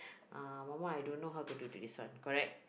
uh mama I don't know how to do this one correct